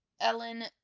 Ellen